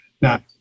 Now